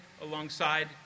alongside